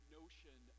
notion